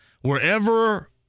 wherever